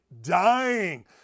dying